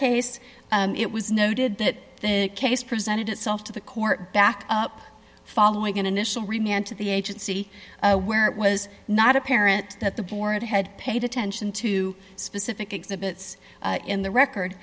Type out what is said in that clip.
case it was noted that the case presented itself to the court backed up following an initial remained to the agency where it was not apparent that the board had paid attention to specific exhibits in the record